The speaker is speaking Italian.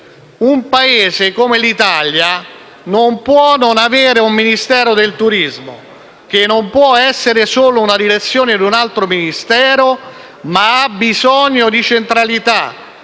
«Un Paese come l'Italia non può non avere un Ministero del turismo, che non può essere solo una direzione di un altro Ministero, ma ha bisogno di centralità,